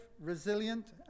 resilient